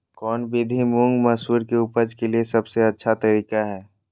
कौन विधि मुंग, मसूर के उपज के लिए सबसे अच्छा तरीका है?